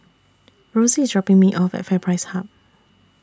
Rosey IS dropping Me off At FairPrice Hub